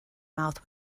mouth